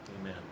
Amen